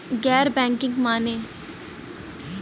गैर बैंकिंग माने?